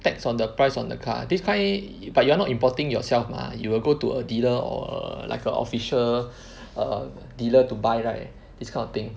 tax on the price on the car this kind but you are not importing yourself lah you will go to a dealer or like a official err dealer to buy right this kind of thing